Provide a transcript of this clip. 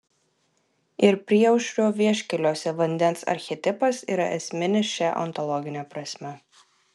ir priešaušrio vieškeliuose vandens archetipas yra esminis šia ontologine prasme